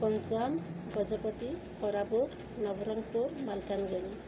Ganjam Gajapati Koraput Nabarangpur Malkangiri